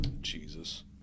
Jesus